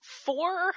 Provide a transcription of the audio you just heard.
four